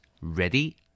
Ready